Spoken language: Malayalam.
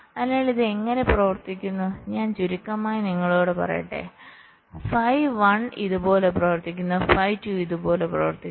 അതിനാൽ ഇത് എങ്ങനെ പ്രവർത്തിക്കുന്നു ഞാൻ ചുരുക്കമായി നിങ്ങളോട് പറയട്ടെ phi 1 ഇതുപോലെ പ്രവർത്തിക്കുന്നു phi 2 ഇതുപോലെ പ്രവർത്തിക്കുന്നു